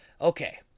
Okay